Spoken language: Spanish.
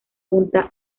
punta